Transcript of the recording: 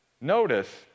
notice